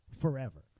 forever